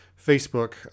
Facebook